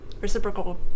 reciprocal